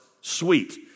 sweet